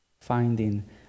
finding